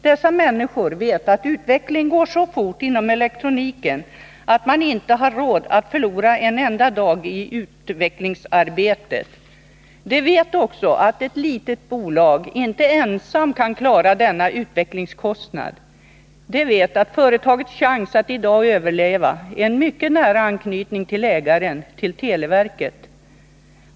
Dessa människor vet att utvecklingen går så fort inom elektroniken att man inte har råd att förlora en enda dag i utvecklingsarbetet. De vet också att ett litet bolag inte ensamt kan klara denna utvecklingskostnad. Dessutom vet de att företagets chans att i dag överleva är en mycket nära anknytning till ägaren, televerket.